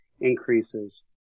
increases